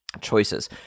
choices